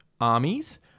armies